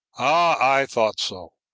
i thought so.